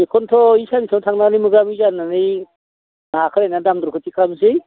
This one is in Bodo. बेखौन्थ' बे सान्नैसोआव थांनानै मोगा मोगि जानानै हाखौ नायनानै दाम दरखौ थि खालामसै